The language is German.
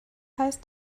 heißt